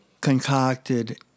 concocted